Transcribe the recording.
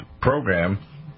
program